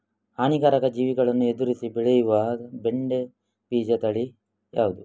ಹಾನಿಕಾರಕ ಜೀವಿಗಳನ್ನು ಎದುರಿಸಿ ಬೆಳೆಯುವ ಬೆಂಡೆ ಬೀಜ ತಳಿ ಯಾವ್ದು?